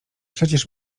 przecież